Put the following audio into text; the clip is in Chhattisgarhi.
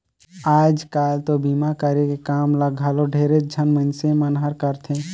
आयज कायल तो बीमा करे के काम ल घलो ढेरेच झन मइनसे मन हर करथे